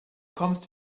kommst